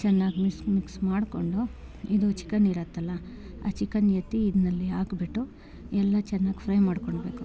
ಚೆನ್ನಾಗಿ ಮಿಸ್ ಮಿಕ್ಸ್ ಮಾಡ್ಕೊಂಡು ಇದು ಚಿಕನ್ ಇರತ್ತಲ್ಲ ಆ ಚಿಕನ್ ಎತ್ತಿ ಇದ್ರಲ್ಲಿ ಹಾಕ್ಬಿಟ್ಟು ಎಲ್ಲ ಚೆನ್ನಾಗಿ ಫ್ರೈ ಮಾಡ್ಕೊಳ್ಬೇಕು